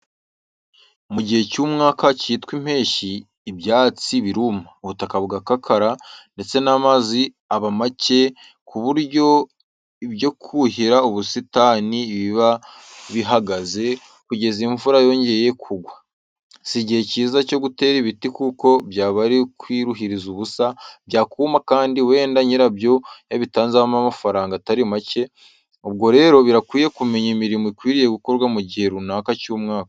Mu gihe cy'umwaka cyitwa impeshyi, ibyatsi biruma, ubutaka bugakakara, ndetse n'amazi aba make ku buryo ibyo kuhira ubusitani biba bihagaze kugeza imvura yongeye kugwa. Si igihe cyiza cyo gutera ibiti kuko byaba ari ukwiruhiriza ubusa byakuma kandi wenda nyirabyo yabitanzeho n'amafaranga atari make. Ubwo rero birakwiye kumenya imirimo ikwiriye gukorwa mu gihe runaka cy'umwaka.